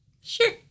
Sure